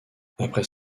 après